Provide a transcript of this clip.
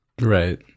Right